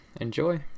Enjoy